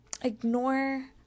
ignore